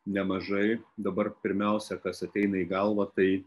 nemažai dabar pirmiausia kas ateina į galvą tai